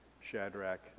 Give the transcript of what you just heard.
Shadrach